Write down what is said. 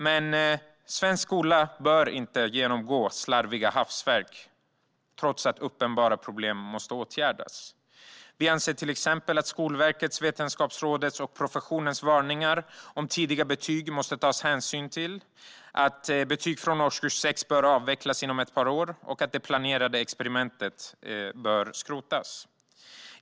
Men svensk skola bör inte genomgå slarviga hafsverk, trots att uppenbara problem måste åtgärdas. Vi anser till exempel att det måste tas hänsyn till Skolverkets, Vetenskapsrådets och professionens varningar för tidiga betyg. Betyg från årskurs 6 bör avvecklas inom ett par år, och det planerade experimentet bör skrotas.